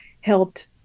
helped